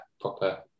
proper